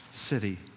city